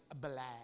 black